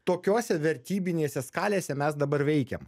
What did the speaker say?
tokiose vertybinėse skalėse mes dabar veikiam